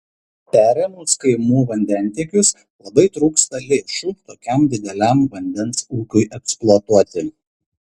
perėmus kaimų vandentiekius labai trūksta lėšų tokiam dideliam vandens ūkiui eksploatuoti